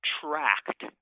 tracked